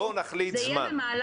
בוא נחליט על זמן.